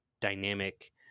dynamic